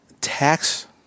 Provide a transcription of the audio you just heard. tax